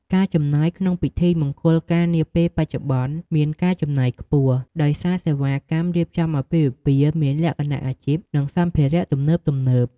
ការចំណាយក្នុងពិធីមង្គលការនាពេលបច្ចុប្បន្ន មានការចំណាយខ្ពស់ ដោយសារសេវាកម្មរៀបចំអាពាហ៍ពិពាហ៍មានលក្ខណៈអាជីព និងសម្ភារៈទំនើបៗ។